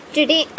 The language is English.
Today